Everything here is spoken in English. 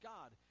God